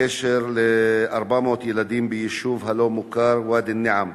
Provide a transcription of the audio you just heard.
בקשר ל-400 ילדים ביישוב הלא-מוכר ואדי-אל-נעם,